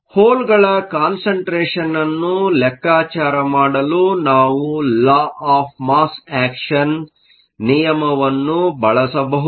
ಹೋಲ್ಗಳ ಕಾನ್ಸಂಟ್ರೇಷನ್ ಅನ್ನು ಲೆಕ್ಕಾಚಾರ ಮಾಡಲು ನಾವು ಲಾ ಆಫ್ ಮಾಸ್ ಆಕ್ಷನ್ ನಿಯಮವನ್ನು ಬಳಸಬಹುದು